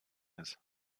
ist